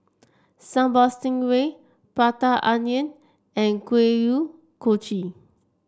Sambal Stingray Prata Onion and Kuih Kochi